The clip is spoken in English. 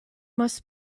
must